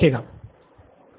professor Bala okay